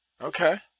Okay